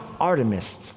Artemis